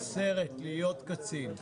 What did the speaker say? יש סרט "להיות קצין".